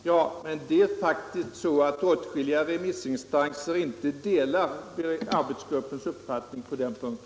Herr talman! Åtskilliga remissinstanser delar faktiskt inte arbetsgruppens uppfattning på den punkten.